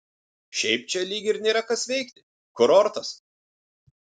šiaip čia lyg ir nėra kas veikti kurortas